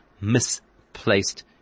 misplaced